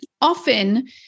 often